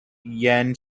yen